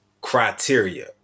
criteria